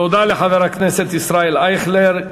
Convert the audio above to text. תודה לחבר הכנסת ישראל אייכלר.